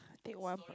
take one